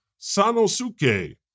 sanosuke